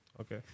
Okay